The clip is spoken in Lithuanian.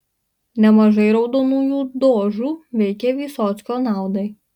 nemažai raudonųjų dožų veikė vysockio naudai